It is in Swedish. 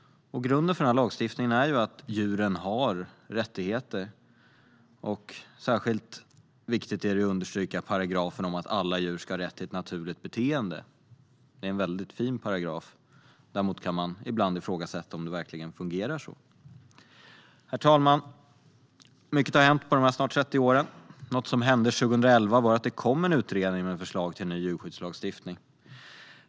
Grunden för lagstiftningen är att djuren har rättigheter. Särskilt viktigt är att understryka paragrafen om att alla djur ska ha rätt till ett naturligt beteende. Det är en väldigt fin paragraf. Däremot kan man ibland ifrågasätta om det verkligen fungerar så. Herr talman! Mycket har hänt på dessa snart 30 år. Något som hände 2011 var att det kom en utredning med förslag till en ny djurskyddslagstiftning.